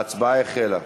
ההצבעה החלה.